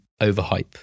overhype